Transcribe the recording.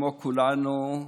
כמו כולנו,